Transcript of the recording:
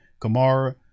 Kamara